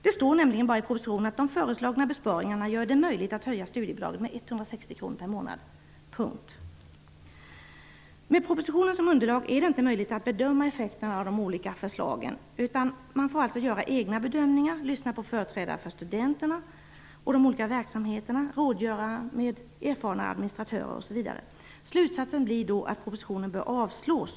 Det står i propositionen bara att de föreslagna besparingarna gör det möjligt att höja studiebidraget med 160 kr per månad. Med propositionen såsom underlag är det inte möjligt att bedöma effekterna av de olika förslagen. Man får göra egna bedömningar, lyssna på företrädare för studenterna och de olika verksamheterna, rådgöra med erfarna administratörer osv. Slutsatsen blir då att propositionen bör avslås.